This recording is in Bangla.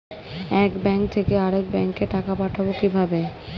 এক ব্যাংক থেকে আরেক ব্যাংকে টাকা পাঠাবো কিভাবে?